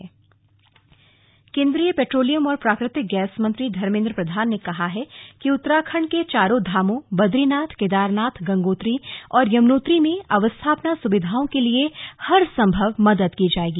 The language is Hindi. स्लग धर्मेंद्र त्रिवेंद्र मुलाकात केन्द्रीय पेट्रोलियम और प्राकृतिक गैस मंत्री धर्मेन्द्र प्रधान ने कहा है कि उत्तराखण्ड के चारों धामों बदरीनाथ केदारनाथ गंगोत्री और यमुनोत्री में अवस्थापना सुविधाओं के लिए हर सम्भव मदद की जायेगी